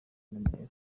remera